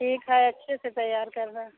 ठीक है अच्छे से तैयार करना